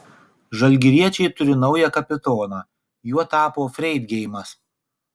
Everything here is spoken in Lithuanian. žalgiriečiai turi naują kapitoną juo tapo freidgeimas